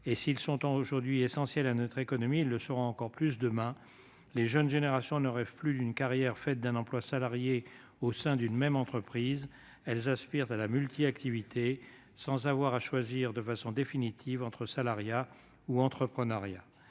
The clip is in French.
Et s'ils sont aujourd'hui essentiels à notre économie, ils le seront encore plus demain. Les jeunes générations ne rêvent plus d'une carrière faite d'un emploi salarié au sein d'une même entreprise. Elles aspirent à la multi-activité, sans avoir à choisir de façon définitive entre salariat ou entrepreneuriat.